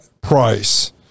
price